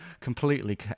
completely